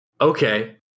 Okay